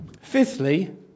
fifthly